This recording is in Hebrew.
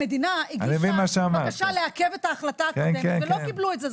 המדינה הגישה בקשה לעכב את ההחלטה הקודמת ולא קיבלו את זה.